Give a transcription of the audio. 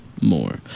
more